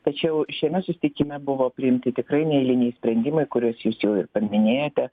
tačiau šiame susitikime buvo priimti tikrai neeiliniai sprendimai kuriuos jūs jau ir paminėjote